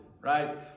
right